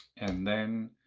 and then